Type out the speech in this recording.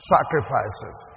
Sacrifices